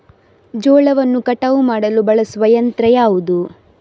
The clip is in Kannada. ಜೋಳವನ್ನು ಕಟಾವು ಮಾಡಲು ಬಳಸುವ ಯಂತ್ರ ಯಾವುದು?